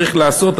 צריך לעשות,